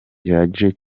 gihagije